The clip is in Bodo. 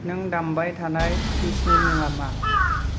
नों दामबाय थानाय पिसनि मुङा मा